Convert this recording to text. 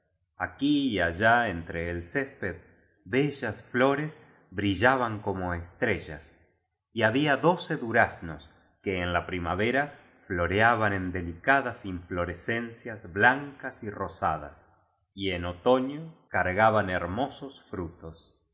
aquí y allá entre el césped bellas ñores brillaban como estrellas y había doce duraznos que en la primavera floreaban en delicadas in florescencias blancas y rosadas y en oto ño cargaban hermosos frutos